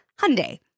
Hyundai